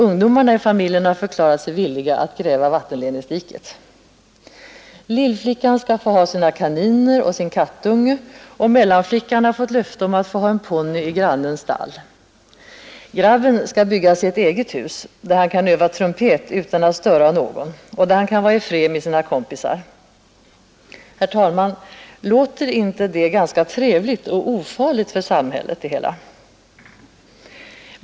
Ungdomarna i familjen har förklarat sig villiga att gräva vattenledningsdiket. Lillflickan skall få ha sina kaniner och sin kattunge, och mellanflickan har fått löfte om att få ha en ponny i grannens stall. Grabben skall bygga sig ett eget hus, där han kan öva trumpet utan att störa någon och där han kan vara i fred med sina kompisar. Herr talman! Låter det inte ganska trevligt och ofarligt för samhället det hela?